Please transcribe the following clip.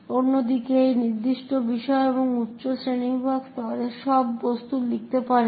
অন্য দিকে এই নির্দিষ্ট বিষয় একটি উচ্চ শ্রেণীবিভাগ স্তরে সব বস্তু লিখতে পারেন